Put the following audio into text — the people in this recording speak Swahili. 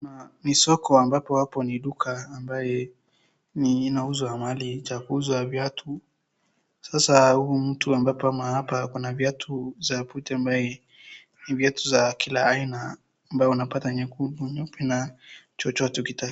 Ni soko ambapo hapo ni duka ambaye ni inauzwa mahali cha kuuza viatu, sasa huyu mtu ambapo, mahali hapa kuna viatu za kutu ambaye ni za kila aina, ambapo unapata nyekundu, nyeupe na chochote ukitaka.